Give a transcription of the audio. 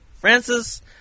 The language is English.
Francis